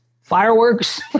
fireworks